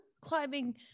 climbing